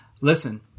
Listen—